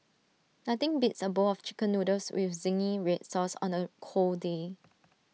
nothing beats A bowl of Chicken Noodles with Zingy Red Sauce on A cold day